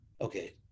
Okay